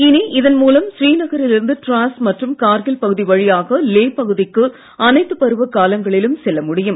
இனி இதன் மூலம் ஸ்ரீநகரிலிருந்து டிராஸ் மற்றும் கார்கில் பகுதி வழியாக லே பகுதிக்கு அனைத்து பருவ காலங்களிலும் செல்ல முடியும்